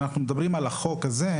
אנחנו מדברים על החוק הזה,